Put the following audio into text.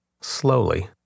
slowly